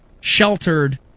sheltered